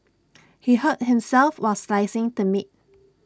he hurt himself while slicing the meat